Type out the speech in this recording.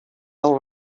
all